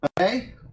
okay